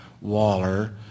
Waller